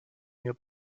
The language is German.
mir